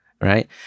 right